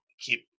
keep